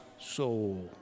soul